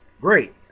great